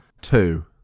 two